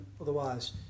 otherwise